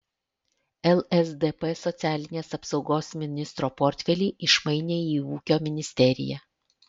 lsdp socialinės apsaugos ministro portfelį išmainė į ūkio ministeriją